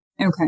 Okay